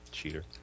cheater